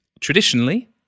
Traditionally